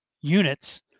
units